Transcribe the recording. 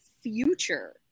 future